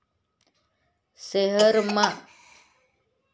शयेरमझारलं वातावरण सुदरावाना करता शयेरमा वनीकरणना उपेग करी झाडें लावतस